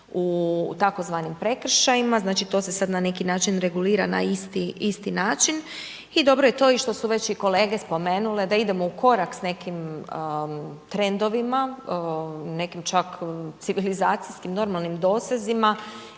u tzv. prekršajima, znači, to se sada na neki način regulira na isti način i dobro je i to što su već i kolege spomenule da idemo u korak s nekim trendovima, nekim čak civilizacijskim, normalnim dosezima